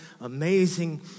amazing